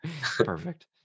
Perfect